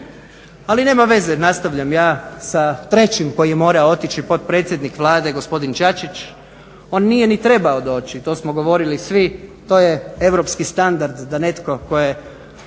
Ali nema veze, nastavljam ja sa trećim koji mora otići potpredsjednik Vlade gospodin Čačić. On nije ni trebao doći, to smo govorili svi, to je europski standard da netko to je